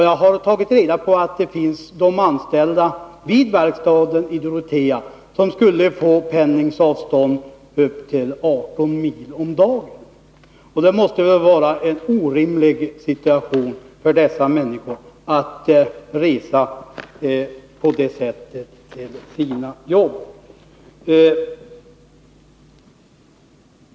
Jag har tagit reda på att det finns anställda vid verkstaden i Dorotea som skulle få pendlingsavstånd på upp till 18 mil om dagen. Det måste vara en orimlig situation för dessa människor att resa på det sättet till sina jobb.